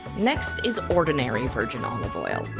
next is ordinary virgin olive oil.